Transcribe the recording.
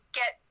get